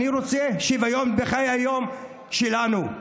אני רוצה שוויון בחיי היום-יום שלנו,